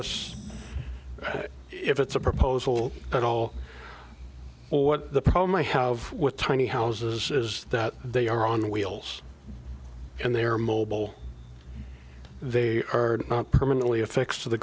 us if it's a proposal at all or what the problem i have with tiny houses is that they are on wheels and they are mobile they are not permanently affixed to the